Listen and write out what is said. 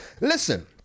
Listen